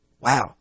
Wow